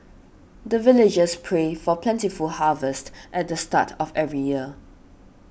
the villagers pray for plentiful harvest at the start of every year